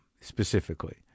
specifically